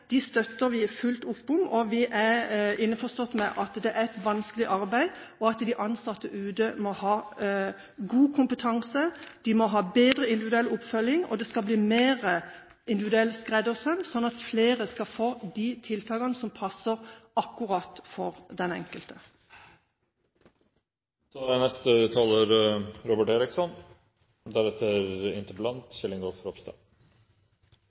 støtter vi fullt opp om. Vi er innforstått med at det er et vanskelig arbeid, og at de ansatte ute må ha god kompetanse og bedre individuell oppfølging. Det skal bli mer individuell skreddersøm, slik at flere skal få de tiltakene som passer akkurat for den enkelte. Jeg har bare lyst til å starte med en liten digresjon til det siste taler